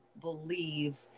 believe